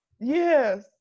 Yes